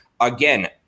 again